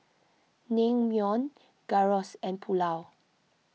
Naengmyeon Gyros and Pulao